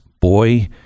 boy